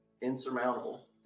insurmountable